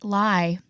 lie